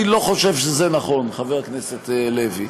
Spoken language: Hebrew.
אני לא חושב שזה נכון, חבר הכנסת לוי.